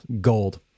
gold